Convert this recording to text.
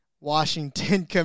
Washington